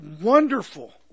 Wonderful